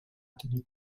tenir